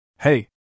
Hey